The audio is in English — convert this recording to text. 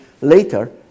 later